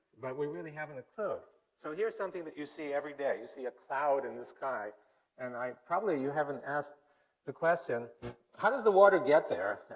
but we really haven't a clue. so here's something that you see every day. you see a cloud in the sky and, probably, you haven't asked the question how does the water get there?